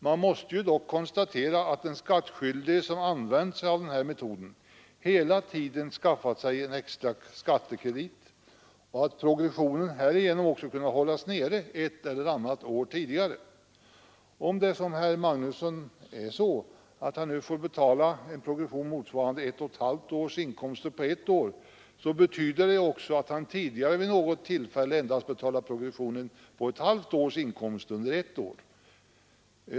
Man måste dock konstatera att de skattskyldiga som använt sig av den här metoden hela tiden skaffat sig en extra skattekredit och att progressionen härigenom också kunnat hållas nere ett eller flera år tidigare. Om det är så som herr Magnusson i Borås säger, att den skattskyldige nu på ett år får betala skatt med en progression räknad på ett och ett halvt års inkomst, så betyder det att han tidigare vid något tillfälle endast betalat progressionen på ett halvårs inkomst under ett år.